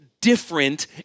different